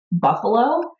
buffalo